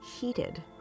heated